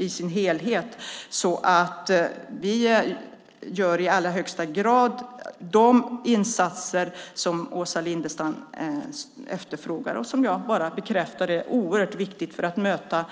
I allra högsta grad gör vi alltså de insatser som Åsa Lindestam efterfrågar och som jag bara kan bekräfta är oerhört viktiga för att möta